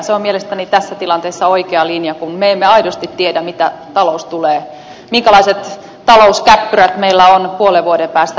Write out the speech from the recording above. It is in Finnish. se on mielestäni tässä tilanteessa oikea linja kun me emme aidosti tiedä minkälaiset talouskäppyrät meillä on puolen vuoden päästä edessä